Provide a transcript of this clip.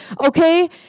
okay